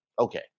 Okay